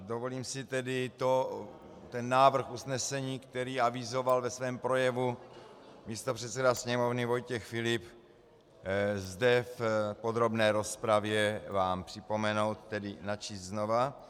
Dovolím si tedy návrh usnesení, který avizoval ve svém projevu místopředseda Sněmovny Vojtěch Filip, zde v podrobné rozpravě vám připomenout, tedy načíst znova.